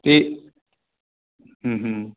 ਅਤੇ